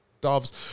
doves